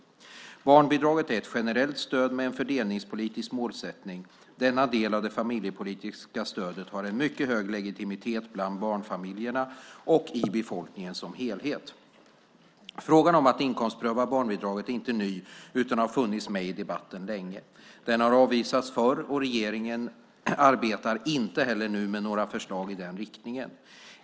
Barnbidraget är ett generellt stöd med en fördelningspolitisk målsättning. Denna del av det familjepolitiska stödet har en mycket hög legitimitet bland barnfamiljerna och i befolkningen som helhet. Frågan om att inkomstpröva barnbidraget är inte ny utan har funnits med i debatten länge. Den har avvisats förr, och regeringen arbetar inte heller nu med några förslag i den riktningen.